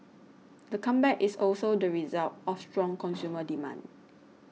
the comeback is also the result of strong consumer demand